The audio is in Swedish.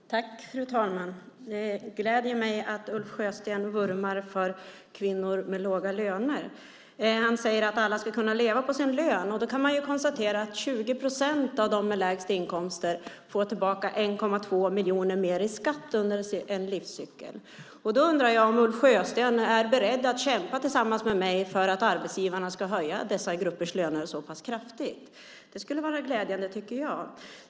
Fru talman! Det gläder mig att Ulf Sjösten vurmar för kvinnor med låga löner. Han säger att alla ska kunna leva på sin lön. Man kan konstatera att 20 procent av dem med lägst inkomster får tillbaka 1,2 miljoner mer i skatt under en livscykel. Jag undrar om Ulf Sjösten är beredd att kämpa tillsammans med mig för att arbetsgivarna ska höja dessa gruppers löner så kraftigt. Det skulle vara glädjande, tycker jag.